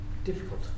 difficult